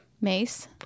Mace